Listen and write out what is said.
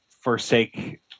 forsake